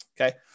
Okay